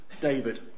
David